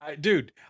Dude